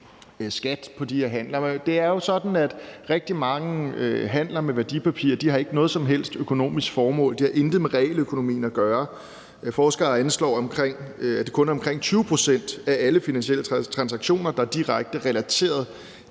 skat på de handler. Det er jo sådan, at rigtig mange handler med værdipapirer ikke har noget som helst økonomisk formål; det har intet med realøkonomien at gøre. Forskere anslår, at det kun er omkring 20 pct. af alle finansielle transaktioner, der er direkte relateret